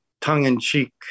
tongue-in-cheek